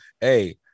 Hey